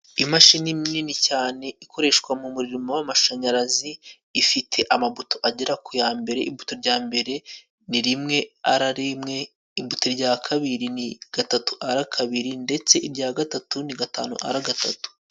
Imashini nini cyane ikoreshwa mu murimo w'amashanyarazi, ifite amabuto agera ku ya mbere, ibuto rya mbere ni rimwe ara rimwe, ibuto rya kabiri ni gatatu ara kabiri ndetse irya gatatu ni gatanu ara gatatu.